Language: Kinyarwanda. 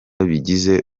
bigize